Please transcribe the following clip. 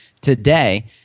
today